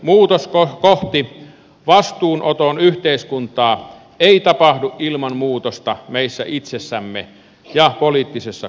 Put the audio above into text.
muutos kohti vastuunoton yhteiskuntaa ei tapahdu ilman muutosta meissä itsessämme ja poliittisessa kulttuurissa